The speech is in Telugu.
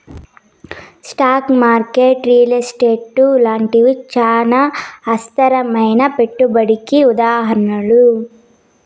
స్టాకు మార్కెట్ రియల్ ఎస్టేటు లాంటివి చానా అస్థిరమైనా పెట్టుబడికి ఉదాహరణలు